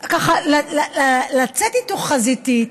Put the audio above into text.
ככה, לצאת איתו חזיתית,